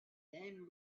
then